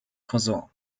cousin